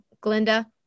Glinda